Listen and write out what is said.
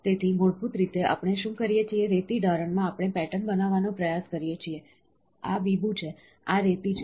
તેથી મૂળભૂત રીતે આપણે શું કરીએ છીએ રેતી ઢારણમાં આપણે પેટર્ન બનાવવાનો પ્રયાસ કરીએ છીએ આ બીબું છે આ રેતી છે